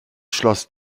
schloss